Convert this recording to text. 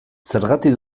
zergatik